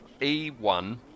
E1